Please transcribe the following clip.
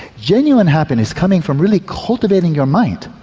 genuine happiness coming from really cultivating your mind,